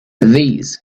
this